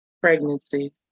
pregnancy